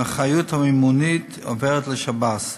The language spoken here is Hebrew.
האחריות המימונית עוברת לשב"ס.